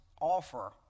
offer